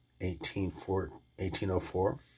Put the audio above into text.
1804